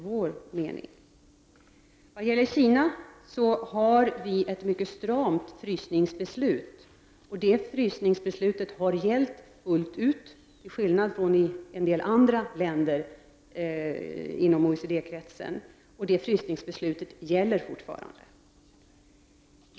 Vad gäller Kina har vi ett mycket stramt frysningsbeslut, och detta har gällt fullt ut — till skillnad från förhållandena beträffande en del andra länder inom OECD-kretsen. Det här frysningsbeslutet gäller fortfarande.